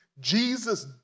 Jesus